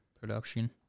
production